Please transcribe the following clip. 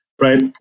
Right